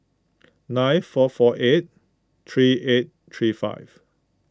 nine four four eight three eight three five